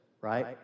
right